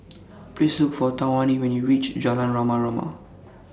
Please Look For Tawanna when YOU REACH Jalan Rama Rama